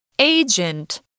Agent